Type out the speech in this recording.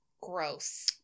gross